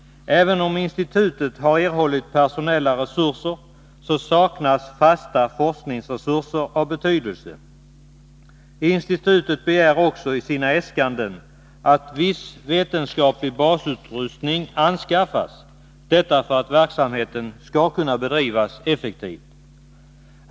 Även om institutet har erhållit personella resurser, saknas fasta forskningsresurser av betydelse. Institutet begär också i sina äskanden att viss vetenskaplig basutrustning anskaffas — detta för att verksamheten skall kunna bedrivas effektivt.